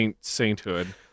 sainthood